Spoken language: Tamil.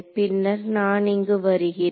பின்னர் நான் இங்கு வருகிறேன்